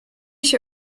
się